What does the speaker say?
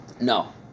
No